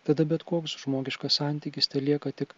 tada bet koks žmogiškas santykis telieka tik